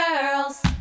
girls